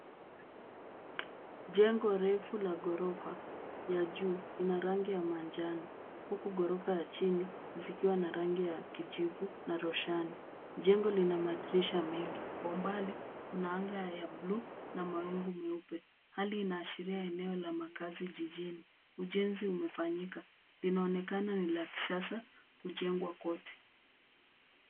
Jengo refu la ghorofa, ya juu ina rangi ya manjano huku ghorofa ya chini zikiwa na rangi ya kijivu na roshani. Jengo lina madirisha mengi. Kwa umbali kuna anga ya blue na mawingu meupe . Hali inaashiria eneo la makazi jijini. Ujenzi umefanyika. Linaonekana ni la kisasa kujengwa kwote.